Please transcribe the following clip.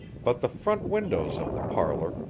but the front windows of the parlor,